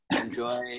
Enjoy